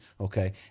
okay